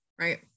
Right